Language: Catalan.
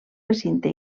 recinte